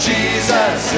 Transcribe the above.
Jesus